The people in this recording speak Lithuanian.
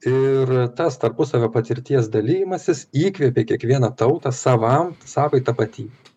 ir tas tarpusavio patirties dalijimasis įkvepė kiekvieną tautą savam savai tapatybei